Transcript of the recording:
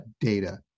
data